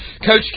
Coach